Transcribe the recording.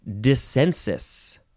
Dissensus